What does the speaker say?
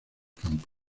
campo